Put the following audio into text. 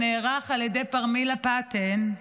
שנערך על ידי פרמילה פאטן,